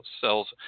cells